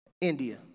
India